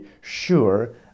sure